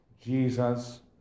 Jesus